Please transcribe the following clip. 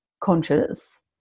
conscious